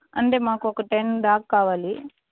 అంటే మాకు ఒక టెన్ దాక కావాలి